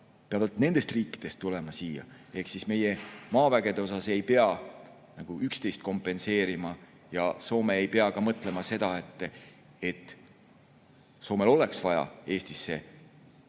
väed nendest riikidest tulla siia. Ehk meie maavägede puhul ei pea üksteist kompenseerima ja Soome ei pea ka mõtlema seda, et Soomel oleks vaja Eestisse